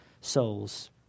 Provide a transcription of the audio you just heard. souls